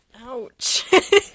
Ouch